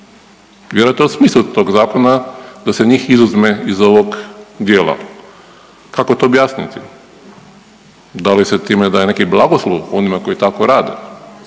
Vjerojatno je smisao tog zakona da se njih izuzme iz ovog dijela. Kako to objasniti? Da li se time daje neki blagoslov onima koji tako rade?